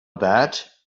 that